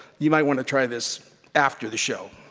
you might wanna try this after the show.